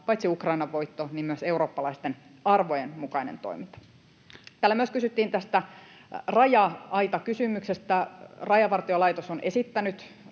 paitsi Ukrainan voitto myös eurooppalaisten arvojen mukainen toiminta. Täällä myös kysyttiin tästä raja-aitakysymyksestä: Rajavartiolaitos on esittänyt aidan